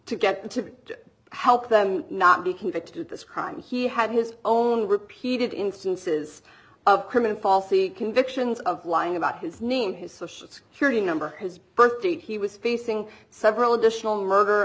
to get to help them not be convicted of this crime he had his own repeated instances of criminal falsely convictions of lying about his name his social security number his birthdate he was facing several additional murder